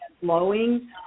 flowing